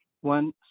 One